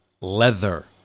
leather